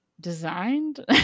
designed